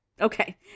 Okay